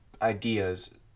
ideas